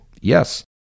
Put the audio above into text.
yes